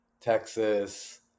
Texas